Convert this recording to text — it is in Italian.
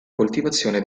coltivazione